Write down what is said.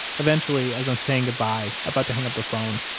eventually, as i'm saying goodbye, about to hang up the phone,